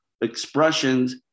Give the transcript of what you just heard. expressions